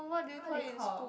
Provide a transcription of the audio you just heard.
what they call